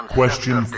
Question